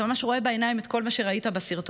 אתה ממש רואה בעיניים את כל מה שראית בסרטונים,